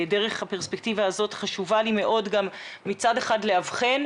דרך הפרספקטיבה הזאת חשובה לי מאוד גם מצד אחד לאבחן,